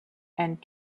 and